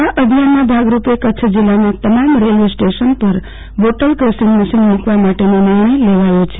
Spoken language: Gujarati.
આ અભિયાનના ભાગરૂપે કચ્છ જિલ્લાના તમામ રેલ્વે સ્ટેશનો પર બોટલ કરશીં ગ મશીન મુકવામાં માટેનો નિર્ણય લેવાયો છે